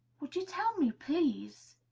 would you tell me, please,